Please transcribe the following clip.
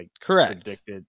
Correct